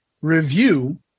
review